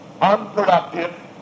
unproductive